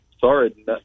sorry